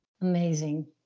Amazing